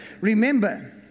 Remember